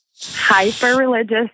Hyper-religious